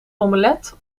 omelet